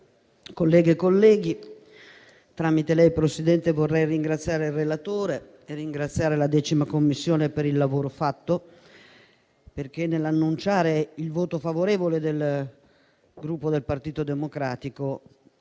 colleghe e colleghi, tramite lei, Presidente, vorrei ringraziare il relatore e la 10ª Commissione per il lavoro fatto. Nell'annunciare il voto favorevole del Gruppo Partito Democratico,